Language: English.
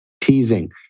Teasing